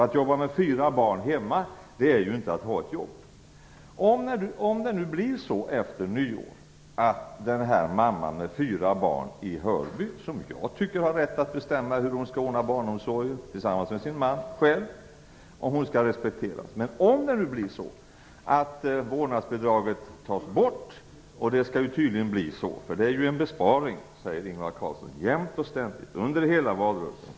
Att arbeta med fyra barn hemma är inte att ha ett jobb. Jag tycker att den här mamman med fyra barn i Hörby har rätt att tillsammans med sin man bestämma över hur hon skall ordna sin barnomsorg och skall få sin insats respekterad. Men vårdnadsbidraget skall tydligen tas bort. Ingvar Carlsson säger jämt och ständigt att det är en besparing. Det sade han under hela valrörelsen.